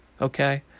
okay